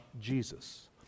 Jesus